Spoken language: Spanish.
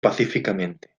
pacíficamente